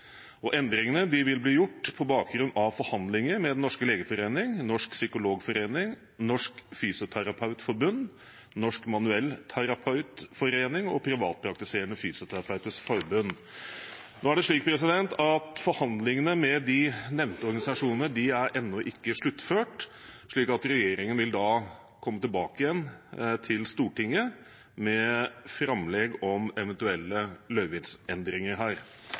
2019. Endringene vil bli gjort på bakgrunn av forhandlinger med Den norske legeforening, Norsk Psykologforening, Norsk Fysioterapeutforbund, Norsk Manuellterapeutforening og Privatpraktiserende Fysioterapeuters Forbund. Forhandlingene med de nevnte organisasjonene er ennå ikke sluttført, så regjeringen vil komme tilbake til Stortinget med framlegg om eventuelle